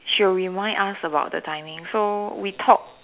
she'll remind us about the timing so we talk